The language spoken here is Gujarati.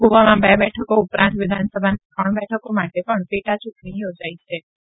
ગોવામાં બે બેઠકો ઉપરાંત વિધાનસભાની ત્રણ બેઠકો માલે પણ પે ા ચું ણી યોજાઈ છે